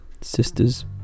sisters